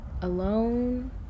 alone